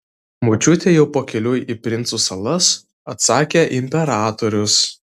močiutė jau pakeliui į princų salas atsakė imperatorius